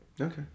Okay